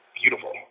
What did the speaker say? beautiful